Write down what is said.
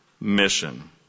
mission